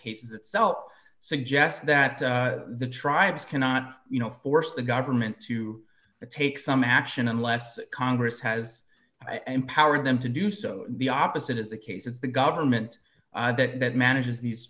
cases itself suggest that the tribes cannot you know force the government to take some action unless congress has empowered them to do so the opposite is the case it's the government that manages these